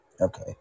Okay